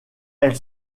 elle